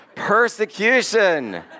persecution